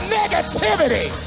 negativity